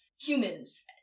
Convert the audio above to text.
humans